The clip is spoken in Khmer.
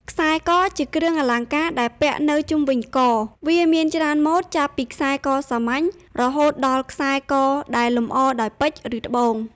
ខ្សែក ជាគ្រឿងអលង្ការដែលពាក់នៅជុំវិញក វាមានច្រើនម៉ូត ចាប់ពីខ្សែកសាមញ្ញ រហូតដល់ខ្សែកដែលលម្អដោយពេជ្រ ឬត្បូង។